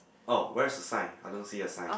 oh where's the sign I don't see a sign